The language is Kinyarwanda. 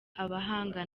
abahanga